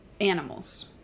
animals